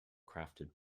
crafted